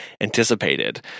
anticipated